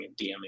DMing